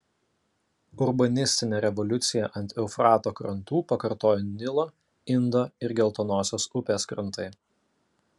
urbanistinę revoliuciją ant eufrato krantų pakartojo nilo indo ir geltonosios upės krantai